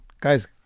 Guys